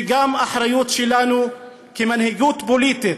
וגם האחריות שלנו, כמנהיגות פוליטית,